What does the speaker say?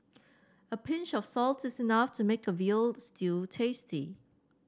a pinch of salt is enough to make a veal stew tasty